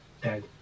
dead